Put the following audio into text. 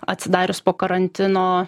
atsidarius po karantino